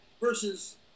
versus